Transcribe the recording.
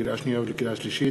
לקריאה שנייה ולקריאה שלישית: